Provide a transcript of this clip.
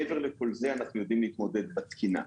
מעבר לכל זה אנחנו יודעים להתמודד בתקינה.